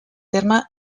terme